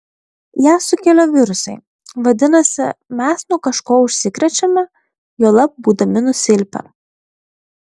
ją sukelia virusai vadinasi mes nuo kažko užsikrečiame juolab būdami nusilpę